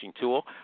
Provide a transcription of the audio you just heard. tool